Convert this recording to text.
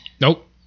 Nope